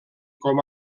com